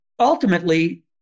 Ultimately